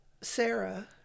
Sarah